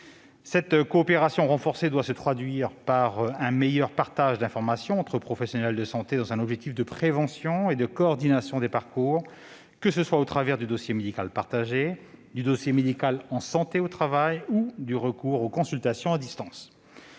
Cette coopération renforcée doit se traduire par un meilleur partage d'informations entre professionnels de santé dans un objectif de prévention et de coordination des parcours, que ce soit au travers du dossier médical partagé, du dossier médical en santé au travail ou du recours aux consultations à distance.